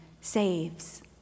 saves